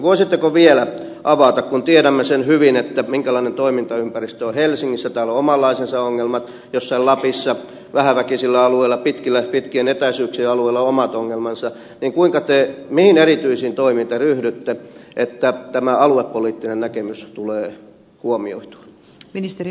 voisitteko vielä avata kun tiedämme sen hyvin minkälainen toimintaympäristö on helsingissä täällä on omanlaisensa ongelmat jossain lapissa vähäväkisillä alueilla pitkien etäisyyksien alueilla on omat ongelmansa mihin erityisiin toimiin te ryhdytte että tämä aluepoliittinen näkemys tulee huomioitua